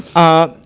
ah,